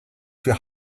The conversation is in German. für